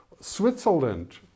switzerland